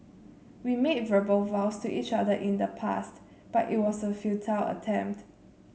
we made verbal vows to each other in the past but it was a futile attempt